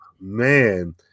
man